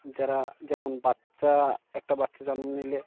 যারা যেমন বাচ্চা একটা বাচ্চা জন্ম নিলে